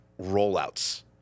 rollouts